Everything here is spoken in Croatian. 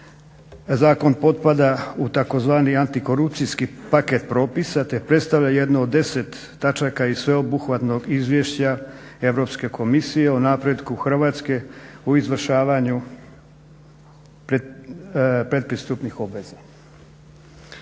Zakon potpada u tzv. antikorupcijski paket propis te predstavlja jednu od 10 točaka iz sveobuhvatnog izvješća Europske komisije o napretku Hrvatske u izvršavanju pretpristupnih obveza.